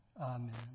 Amen